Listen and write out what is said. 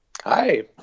Hi